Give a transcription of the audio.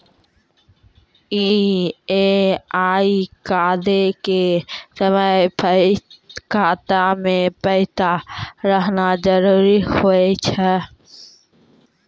EMI कटै के समय खाता मे पैसा रहना जरुरी होय छै